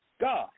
God